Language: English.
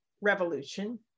revolution